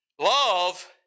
Love